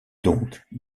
donc